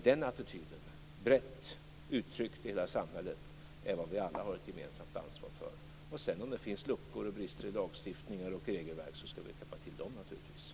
Den attityden, brett uttryckt i hela samhället, har vi alla ett gemensamt ansvar för. Om det sedan finns luckor och brister i lagstiftning och regelverk, ska vi naturligtvis täppa till dem.